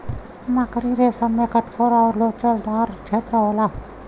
मकड़ी रेसम में कठोर आउर लोचदार छेत्र होला